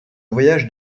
voyage